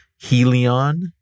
Helion